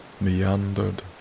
meandered